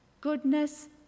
goodness